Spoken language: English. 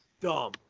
Dumb